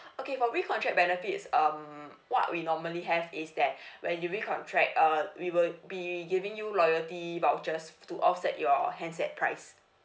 okay for recontract benefits um what we normally have is that when you recontract uh we will be giving you loyalty vouchers to offset your handset price